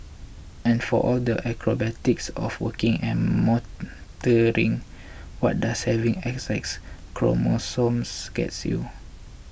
and for all the acrobatics of working and mothering what does having X X chromosomes gets you